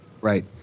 Right